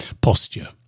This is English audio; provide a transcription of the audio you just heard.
Posture